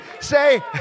Say